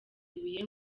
ibuye